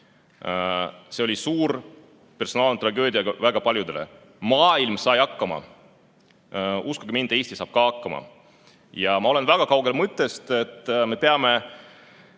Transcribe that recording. See oli suur personaaltragöödia väga paljudele. Aga maailm sai hakkama. Uskuge mind, ka Eesti saab hakkama. Ma olen väga kaugel mõttest, et me peame